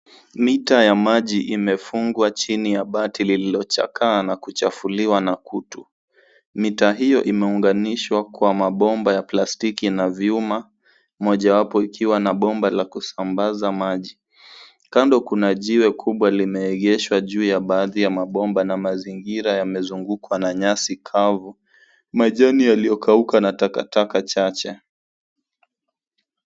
Mita ya maji imefungwa chini ya bati lililochakana kuchafuliwa na kutu. Mita hiyo imeunganishwa kwa mabomba ya plastiki na vyuma, mojawapo ikiwa na bomba la kusambaza maji. Kando kuna jiwe kubwa limeegeshwa juu ya baadhi ya mabomba na mazingira yamezungukwa na nyasi kavu, majani yaliyokauka na takataka chache.